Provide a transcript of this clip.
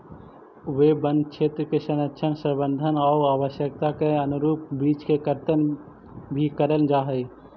वे वनक्षेत्र के संरक्षण, संवर्धन आउ आवश्यकता के अनुरूप वृक्ष के कर्तन भी करल जा हइ